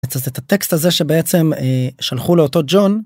את הטקסט הזה שבעצם שלחו לאותו ג'ון.